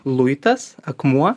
luitas akmuo